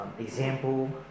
Example